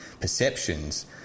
perceptions